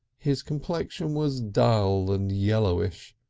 his complexion was dull and yellowish.